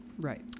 Right